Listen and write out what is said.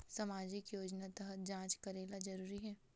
सामजिक योजना तहत जांच करेला जरूरी हे